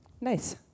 Nice